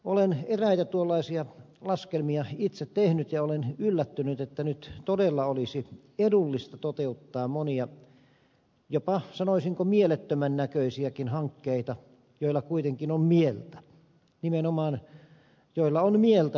olen eräitä tuollaisia laskelmia itse tehnyt ja olen yllättynyt että nyt todella olisi edullista toteuttaa monia jopa sanoisinko mielettömän näköisiäkin hankkeita joilla kuitenkin on mieltä nimenomaan joilla on mieltä